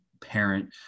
parent